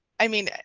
i mean,